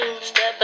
step